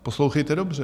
Poslouchejte dobře.